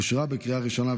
אושרה בקריאה ראשונה,